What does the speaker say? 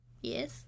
Yes